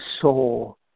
soul